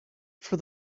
for